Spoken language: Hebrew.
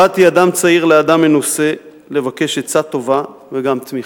באתי אדם צעיר לאדם מנוסה לבקש עצה טובה וגם תמיכה.